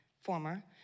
former